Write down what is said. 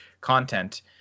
content